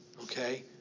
okay